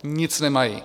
Nic nemají!